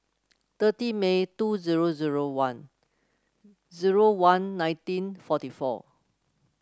thirty May two zero zero one zero one nineteen forty four